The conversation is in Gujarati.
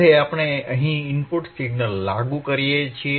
હવે આપણે અહીં ઇનપુટ સિગ્નલ લાગુ કરીએ છીએ